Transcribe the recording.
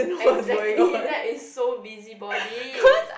exactly that is so busybody